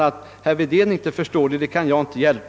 Att herr Wedén inte förstår det kan jag inte hjälpa.